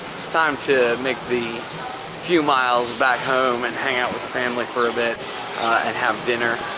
it's time to make the few miles back home and hang out with the family for a bit and have dinner.